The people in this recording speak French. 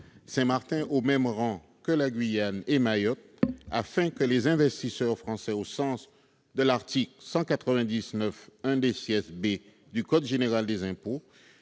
cinq ans, au même rang que la Guyane et Mayotte afin que les investisseurs français, au sens de l'article 199 B du code général des impôts,